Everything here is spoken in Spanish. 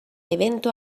evento